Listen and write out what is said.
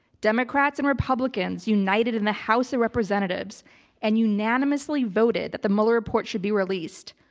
democrats and republicans united in the house of representatives and unanimously voted that the mueller report should be released.